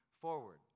forward